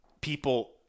people